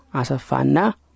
asafana